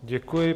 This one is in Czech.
Děkuji.